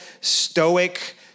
stoic